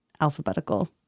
alphabetical